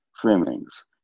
trimmings